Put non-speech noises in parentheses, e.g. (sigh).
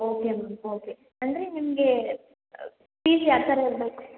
okay ma'am okay ಅಂದರೆ ನಿಮಗೆ (unintelligible) ಯಾವ ಥರ ಇರಬೇಕು